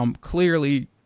clearly